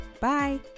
Bye